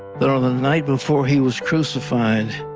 but on the night before he was crucified,